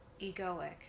egoic